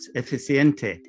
eficiente